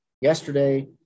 Yesterday